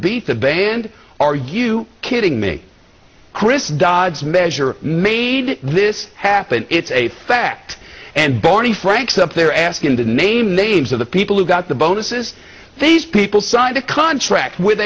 beat the band are you kidding me chris dodd's measure made this happen it's a fact and barney franks up there asking to name names of the people who got the bonuses these people signed a contract with